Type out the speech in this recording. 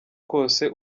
kose